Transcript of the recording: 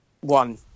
One